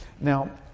Now